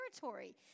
territory